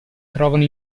trovano